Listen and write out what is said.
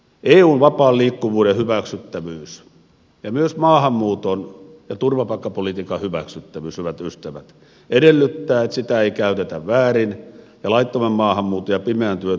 eun vapaan liikkuvuuden hyväksyttävyys ja myös maahanmuuton ja turvapaikkapolitiikan hyväksyttävyys hyvät ystävät edellyttää että sitä ei käytetä väärin ja laittoman maahanmuuton ja pimeän työn torjuntaa tehostetaan